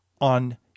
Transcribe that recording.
on